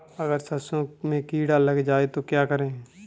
अगर सरसों में कीड़ा लग जाए तो क्या करें?